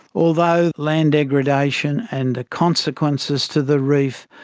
although land degradation and the consequences to the reef,